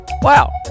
wow